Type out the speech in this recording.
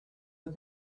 had